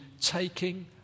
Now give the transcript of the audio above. taking